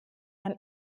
man